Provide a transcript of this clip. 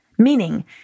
Meaning